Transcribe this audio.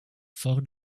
for